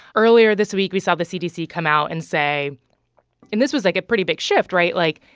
earlier this week, we saw the cdc come out and say and this was, like, a pretty big shift, right? like,